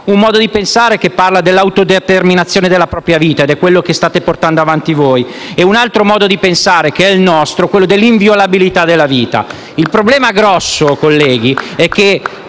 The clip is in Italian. un modo di pensare che parla della autodeterminazione della propria vita, quello che state portando avanti voi, e un altro modo di pensare, che è il nostro, che è quello della inviolabilità della vita. Il problema, colleghi, è che